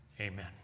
Amen